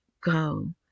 go